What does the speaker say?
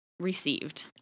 Received